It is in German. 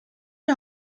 die